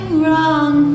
wrong